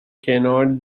cannot